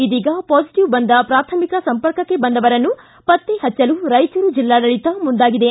ಇದೀಗ ಪಾಸಿಟಿವ್ ಬಂದ ಪ್ರಾಥಮಿಕ ಸಂಪರ್ಕಕ್ಕೆ ಬಂದವರನ್ನು ಪತ್ತೆ ಪಚ್ಚಲು ರಾಯಚೂರು ಜಿಲ್ಲಾಡಳಿತ ಮುಂದಾಗಿದೆ